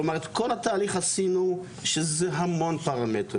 זאת אומרת את כל התהליך עשינו, שזה המון פרמטרים.